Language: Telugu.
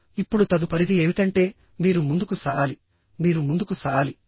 ఇప్పుడు తదుపరిది ఏమిటంటే మీరు ముందుకు సాగాలి మీరు ముందుకు సాగాలి